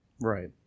Right